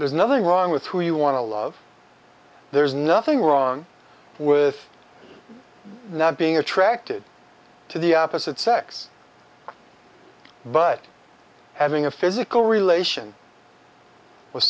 there's nothing wrong with who you want to love there's nothing wrong with not being attracted to the opposite sex but having a physical relation with